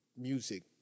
music